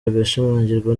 bigashimangirwa